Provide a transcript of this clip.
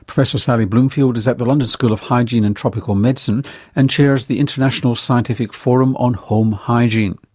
professor sally bloomfield is at the london school of hygiene and tropical medicine and chairs the international scientific forum on home hygiene.